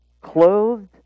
clothed